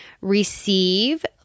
receive